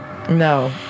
No